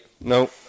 No